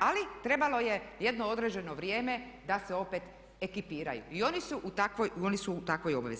ali trebalo je jedno određeno vrijeme da se opet ekipiraju i oni su u takvoj obavezi.